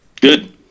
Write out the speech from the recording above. Good